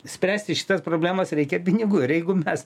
spręsti šitas problemas reikia pinigų ir jeigu mes